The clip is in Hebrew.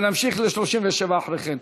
ונמשיך ל-37 אחרי כן.